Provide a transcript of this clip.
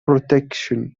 protection